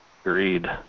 agreed